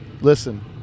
listen